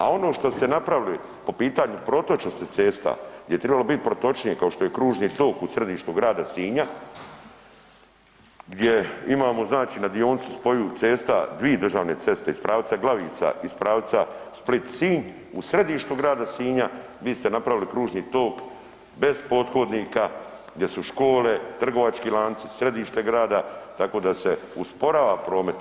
A ono što ste napravili po pitanju protočnosti cesta gdje je trebalo biti protočnije kao što je kružni tok u središtu Grada Sinja, gdje imamo na dionici spoju državnih cesta dvi državne ceste iz pravca Glavica iz pravca Split-Sinj u središtu Grada Sinja vi ste napravili kružni tok bez pothodnika gdje su škole, trgovački lanci, središte grada tako da se usporava promet.